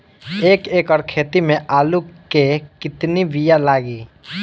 एक एकड़ खेती में आलू के कितनी विया लागी?